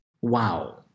Wow